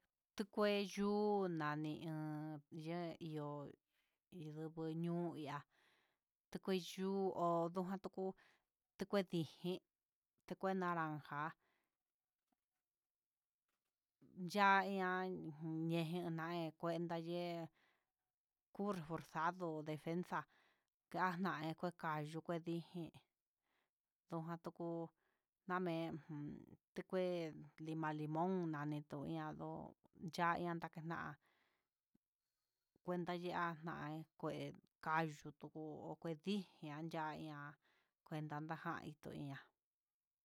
Tukue yuu nani en ye'e ihó indoku ñuu ihá kui yu hu ndoka tuku tukue nijen kungue naranja ya ian nejin naen, kue yee nun jorxado ne'e jenxa'a kanxa ndeukuen ka'a yuu kué dijin jan tuku namen tikuen lima limón nani tu ihá ndó ya'a enan kená kuenta ihá kué kando yuku tedii andia ña'a kuenta najai tuian.